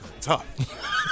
tough